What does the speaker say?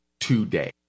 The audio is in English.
today